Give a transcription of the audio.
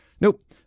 nope